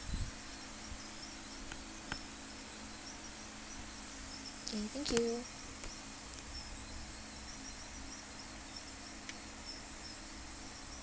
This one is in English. okay thank you